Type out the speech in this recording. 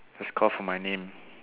just call for my name